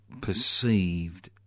perceived